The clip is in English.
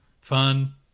fun